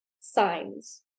signs